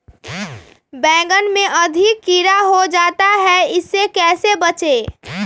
बैंगन में अधिक कीड़ा हो जाता हैं इससे कैसे बचे?